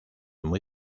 muy